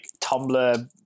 Tumblr